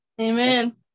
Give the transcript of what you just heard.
Amen